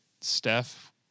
Steph